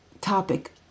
topic